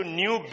new